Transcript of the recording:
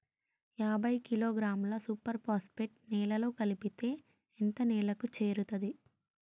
యాభై కిలోగ్రాముల super phosphate నేలలో కలిపితే ఎంత నేలకు చేరుతది?